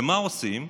ומה עושים?